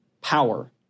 power